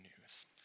news